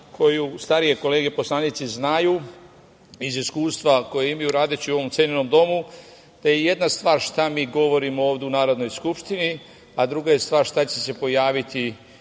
koju starije kolege, poslanici znaju iz iskustva koje imaju radeći u ovom cenjenom domu, da je jedana stvar šta mi govorimo ovde u Narodnoj skupštini, a druga je stvar šta će se pojaviti